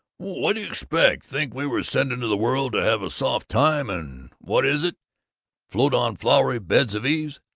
what do you expect? think we were sent into the world to have a soft time and what is it float on flowery beds of ease?